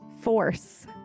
Force